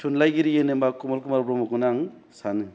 थुनलायगिरि होनोबा कमल कुमार ब्रम्हखौनो आं सानो